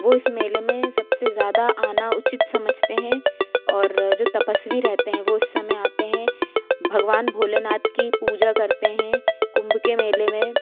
वो इस मेले मे सबसे ज़्यादा आना उचित समझते हैं और जो तपस्वी रहते है वो इस समय आते है भगवान भोले नाथ की पूजा करते है कुम्भ के मेले मे